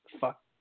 fuck